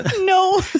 No